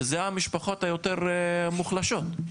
זה המשפחות היותר מוחלשות.